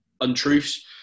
untruths